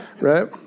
Right